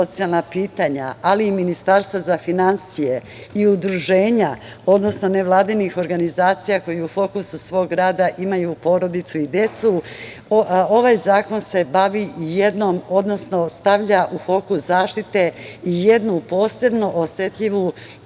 socijalna pitanja, ali i Ministarstva za finansije i udruženja, odnosno nevladinih organizacija koje u fokusu svog rada imaju porodicu i decu, ovaj zakon se bavi i jednom, odnosno stavlja u fokus zaštite i jednu posebno osetljivu